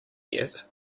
yet